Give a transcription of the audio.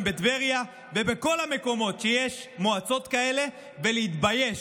בטבריה ובכל המקומות שיש מועצות כאלה ולהתבייש,